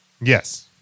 Yes